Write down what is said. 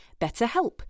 BetterHelp